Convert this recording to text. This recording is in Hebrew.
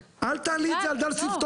אל תעלי את זה על דל שפתותיך.